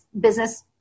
business